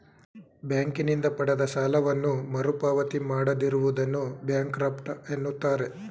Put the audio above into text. ಬ್ಯಾಂಕಿನಿಂದ ಪಡೆದ ಸಾಲವನ್ನು ಮರುಪಾವತಿ ಮಾಡದಿರುವುದನ್ನು ಬ್ಯಾಂಕ್ರಫ್ಟ ಎನ್ನುತ್ತಾರೆ